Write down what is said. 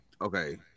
Okay